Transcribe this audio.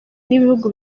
n’ibihugu